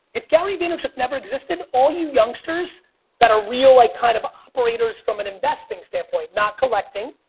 if gary vaynerchuk never existed, all you youngsters that are real like kind of operators from an investing standpoint, not collecting,